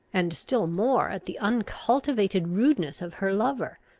and still more at the uncultivated rudeness of her lover,